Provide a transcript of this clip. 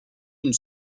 une